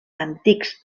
antics